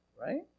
right